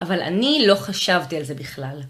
אבל אני לא חשבתי על זה בכלל.